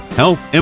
health